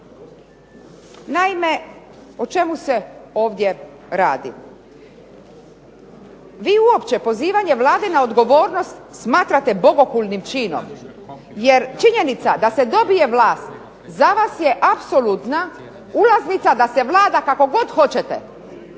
Naime, o čemu se ovdje radi? Vi uopće pozivanje Vlade na odgovornost smatrate bogohulnim činom, jer činjenica da se dobije vlast za vas je apsolutna ulaznica da se vlada kako god hoćete.